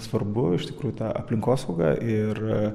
svarbu iš tikrųjų tą aplinkosauga ir